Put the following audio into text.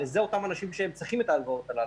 הרי אלה האנשים שצריכים את ההלוואות הללו.